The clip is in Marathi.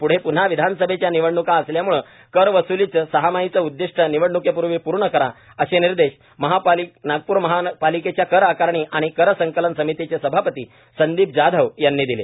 पुढे पुन्हा विधानसभेच्या निवडण्का असल्यामुळे कर वसूलीचे सहामाहीचे उद्दिष्ट निवडण्कीपूर्वी पूर्ण करा असे निर्देश नागपूर महानगरपालिकेच्या कर आकारणी आणि कर संकलन समितीचे सभापती संदीप जाधव यांनी दिले